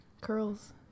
curls